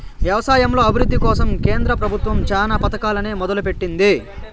వ్యవసాయంలో అభివృద్ది కోసం కేంద్ర ప్రభుత్వం చానా పథకాలనే మొదలు పెట్టింది